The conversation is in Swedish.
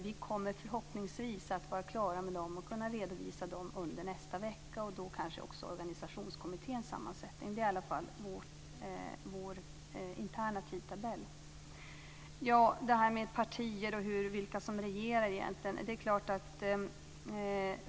Vi kommer förhoppningsvis att vara klara med dem och kunna redovisa dem under nästa vecka, och då kanske också organisationskommitténs sammansättning. Det är i alla fall vår interna tidtabell. Sedan till detta med partier och vilka som egentligen regerar.